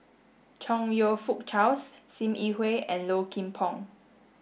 Chong You Fook Charles Sim Yi Hui and Low Kim Pong